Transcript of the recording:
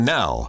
now